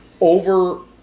over